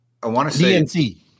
DNC